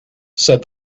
said